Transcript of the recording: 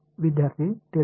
विद्यार्थी